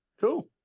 Cool